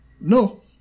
No